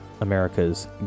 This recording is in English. America's